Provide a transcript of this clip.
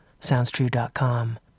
SoundsTrue.com